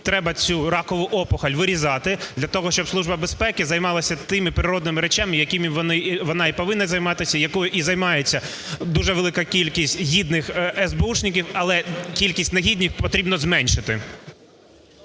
треба цю ракову опухоль вирізати для того, щоб Служба безпеки займалася тими природними речами, якими вона і повинна займатися, якими і займається дуже велика кількість гідних есбеушників, але кількість негідників потрібно зменшити.